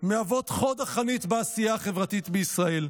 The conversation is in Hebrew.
מהוות חוד החנית בעשייה החברתית בישראל.